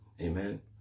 amen